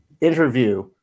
interview